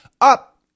up